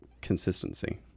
consistency